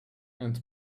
and